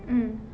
mm